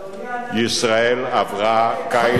ישראל עברה קיץ חברתי,